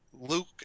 Luke